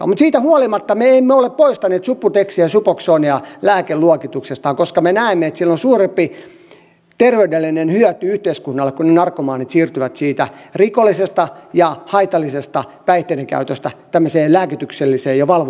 mutta siitä huolimatta me emme ole poistaneet subutexia suboxonea lääkeluokituksesta koska me näemme että sillä on suurempi terveydellinen hyöty yhteiskunnalle kun ne narkomaanit siirtyvät siitä rikollisesta ja haitallisesta päihteiden käytöstä tämmöiseen lääkitykselliseen ja valvottuun toimintaan